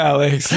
Alex